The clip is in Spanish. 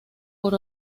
por